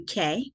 UK